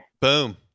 Boom